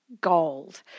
gold